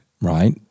right